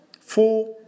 four